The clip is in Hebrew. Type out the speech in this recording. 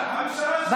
לא,